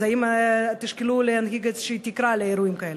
אז האם תשקלו להנהיג איזו תקרה לאירועים כאלה?